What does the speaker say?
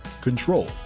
Control